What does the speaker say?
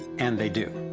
and they do!